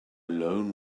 lone